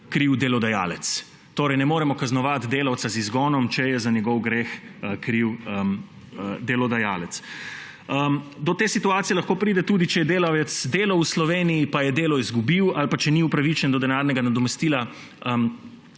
kriv delodajalec. Torej ne moremo kaznovati delavca z izgonom, če je za njegov greh kriv delodajalec. Do te situacije lahko pride tudi v primeru, če delavec dela v Sloveniji pa je delo izgubil ali pa če ni upravičen do denarnega nadomestila